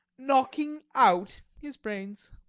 knocking out his brains.